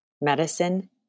Medicine